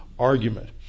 argument